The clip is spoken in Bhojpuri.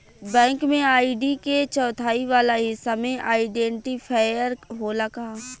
बैंक में आई.डी के चौथाई वाला हिस्सा में आइडेंटिफैएर होला का?